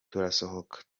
turasohoka